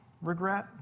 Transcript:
regret